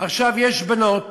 עכשיו, יש בנות